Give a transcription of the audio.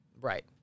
Right